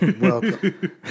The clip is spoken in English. welcome